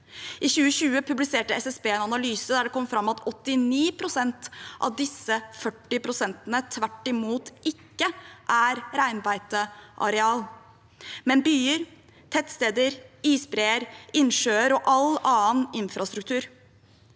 I 2020 publiserte SSB en analyse der det kom frem at 89 pst. av disse 40 pst. tvert imot ikke er reinbeiteareal, men byer, tettsteder, isbreer, innsjøer og all annen infrastruktur.